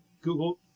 Google